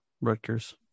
Rutgers